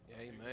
Amen